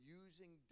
using